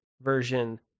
version